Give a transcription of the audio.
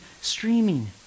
streaming